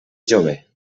jove